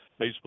facebook